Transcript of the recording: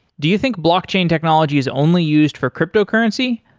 do you think blockchain technology is only used for cryptocurrency?